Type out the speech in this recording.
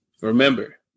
remember